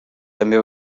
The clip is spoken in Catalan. també